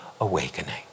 awakening